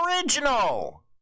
original